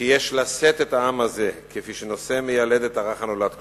כי יש לשאת את העם הזה כפי שנושא מיילד את הרך הנולד.